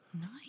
Nice